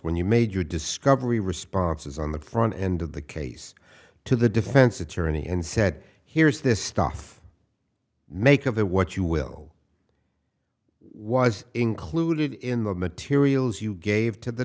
when you made your discovery responses on the front end of the case to the defense attorney and said here's this stuff make of the what you will was included in the materials you gave to the